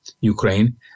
Ukraine